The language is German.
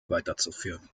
weiterzuführen